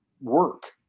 work